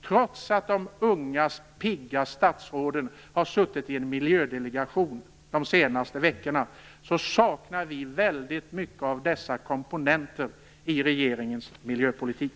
Trots att de unga, pigga statsråden har suttit i en miljödelegation de senaste veckorna saknar vi mycket av dessa komponenter i regeringens miljöpolitik.